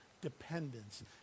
dependence